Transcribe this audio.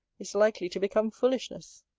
is likely to become foolishness!